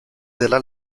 della